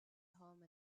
home